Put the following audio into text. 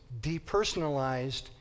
depersonalized